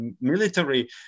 military